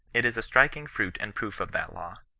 it is a striking fruit and proof of that law.